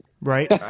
Right